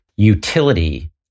Utility